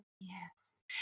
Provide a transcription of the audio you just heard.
Yes